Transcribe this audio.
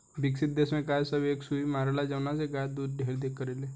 विकसित देश में गाय सब के एक सुई मारेला जवना से गाय दूध ढेर करले